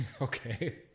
Okay